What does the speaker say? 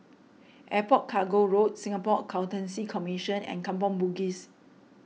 Airport Cargo Road Singapore Accountancy Commission and Kampong Bugis